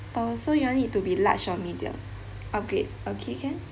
uh so you want it to be large or medium upgrade okay can